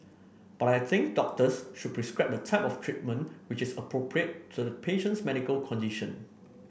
but I think doctors should prescribe the type of treatment which is appropriate to the patient's medical condition